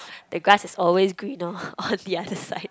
the grass is always greener on the other side